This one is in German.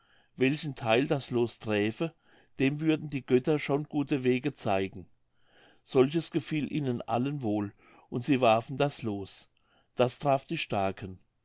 welchen theil das loos träfe dem würden die götter schon gute wege zeigen solches gefiel ihnen allen wohl und sie warfen das loos das traf die starken